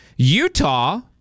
Utah